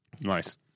Nice